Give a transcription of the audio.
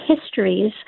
histories